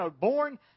born